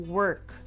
work